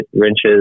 wrenches